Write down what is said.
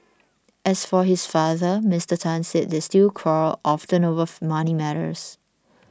as for his father Mister Tan said they still quarrel often over money matters